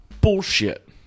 Bullshit